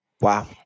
wow